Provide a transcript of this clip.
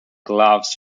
gloves